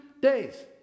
days